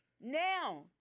Now